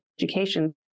education